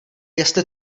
jestli